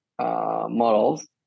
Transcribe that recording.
models